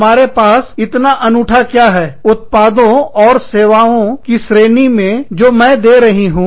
हमारे पास इतना अनूठा क्या है उत्पादों एवं सेवाओं की श्रेणी में जो मैं दे रही हूँ